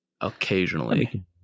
occasionally